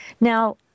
Now